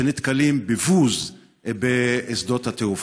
שנתקלים בבוז בשדות התעופה.